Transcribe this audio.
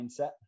mindset